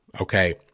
okay